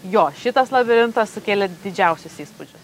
jo šitas labirintas sukėlė didžiausius įspūdžius